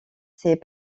s’est